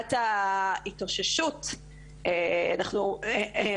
מבחינת ההתאוששות לאחר הריסת בית,